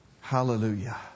Hallelujah